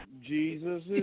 Jesus